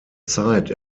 zeit